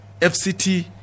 FCT